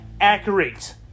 accurate